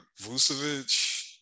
Vucevic